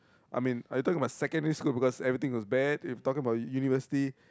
I mean I talking about secondary school because everything was bad if talking about university